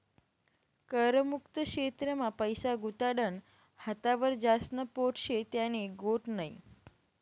कर मुक्त क्षेत्र मा पैसा गुताडानं हातावर ज्यास्न पोट शे त्यानी गोट नै